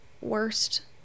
worst